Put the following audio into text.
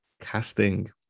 casting